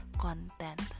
content